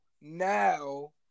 now